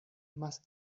más